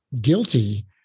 guilty